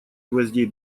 гвоздей